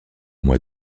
mois